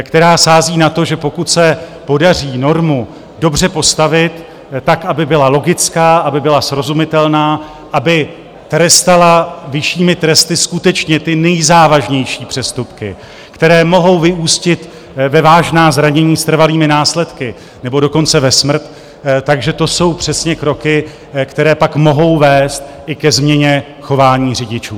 Která sází na to, že pokud se podaří normu dobře postavit, tak aby byla logická, aby byla srozumitelná, aby trestala vyššími tresty skutečně ty nejzávažnější přestupky, které mohou vyústit ve vážná zranění s trvalými následky, nebo dokonce ve smrt, že to jsou přesně kroky, které pak mohou vést i ke změně chování řidičů.